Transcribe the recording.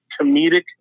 comedic